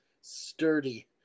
sturdy